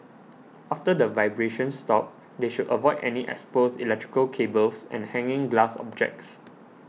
after the vibrations stop they should avoid any exposed electrical cables and hanging glass objects